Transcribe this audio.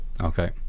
Okay